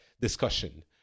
discussion